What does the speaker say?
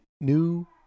new